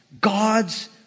God's